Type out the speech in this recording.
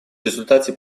результате